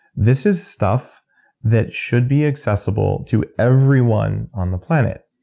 this is stuff that should be accessible to everyone on the planet.